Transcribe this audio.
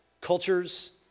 cultures